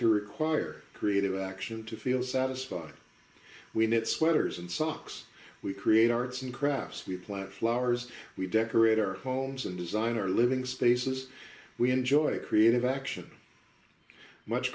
to require creative action to feel satisfied we knit sweaters and socks we create ready arts and crafts we plant flowers we decorate our homes and designer living spaces we enjoy creative action much